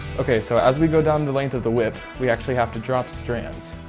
okay, so as we go down the length of the whip, we actually have to drop strands.